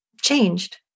changed